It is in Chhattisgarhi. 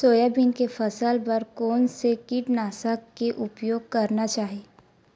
सोयाबीन के फसल बर कोन से कीटनाशक के उपयोग करना चाहि?